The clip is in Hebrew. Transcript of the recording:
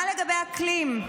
מה לגבי אקלים?